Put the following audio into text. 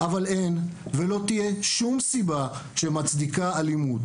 אבל אין ולא תהיה שום סיבה שמצדיקה אלימות